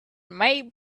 may